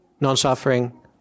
non-suffering